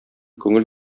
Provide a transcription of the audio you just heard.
күңел